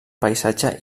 paisatge